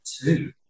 two